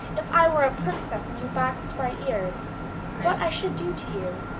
if i were a princess and you boxed my ears what i should do to you.